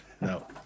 No